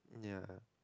ya